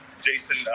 Jason